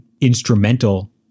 instrumental